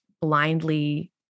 blindly